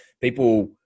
people